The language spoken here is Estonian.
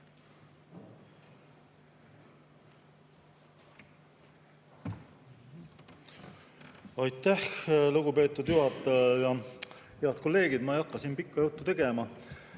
Aitäh, lugupeetud juhataja! Head kolleegid! Ma ei hakka siin pikka juttu tegema.